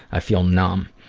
i feel numb.